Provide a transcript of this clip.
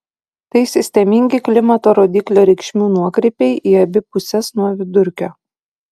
tai sistemingi klimato rodiklio reikšmių nuokrypiai į abi puses nuo vidurkio